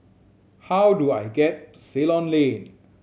how do I get to Ceylon Lane